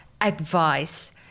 advice